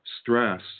stress